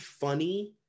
funny